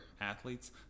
athletes